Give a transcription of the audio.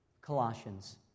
Colossians